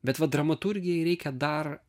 bet va dramaturgijai reikia dar